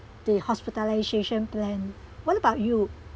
the hospitalisation plan what about you